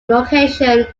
location